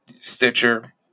Stitcher